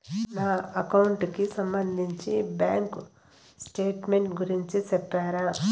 నా అకౌంట్ కి సంబంధించి బ్యాంకు స్టేట్మెంట్ గురించి సెప్తారా